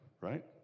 right